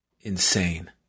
insane